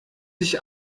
sich